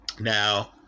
Now